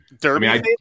Derby